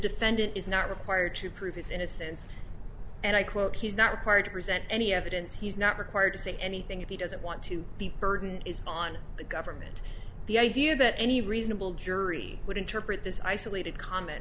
defendant is not required to prove his innocence and i quote he's not required to present any evidence he's not required to say anything if he doesn't want to the burden is on the government the idea that any reasonable jury would interpret this isolated comment